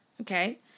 Okay